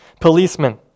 Policemen